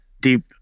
deep